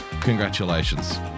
Congratulations